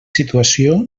situació